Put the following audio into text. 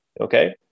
Okay